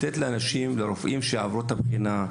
יש לתת לרופאים שעברו את הבחינה.